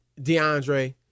DeAndre